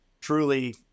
truly